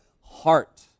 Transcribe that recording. heart